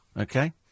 Okay